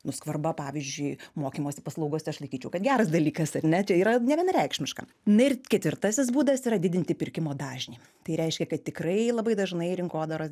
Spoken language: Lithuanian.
nu skvarba pavyzdžiui mokymosi paslaugose aš laikyčiau kad geras dalykas ar ne čia yra nevienareikšmiška na ir ketvirtasis būdas yra didinti pirkimo dažnį tai reiškia kad tikrai labai dažnai rinkodaros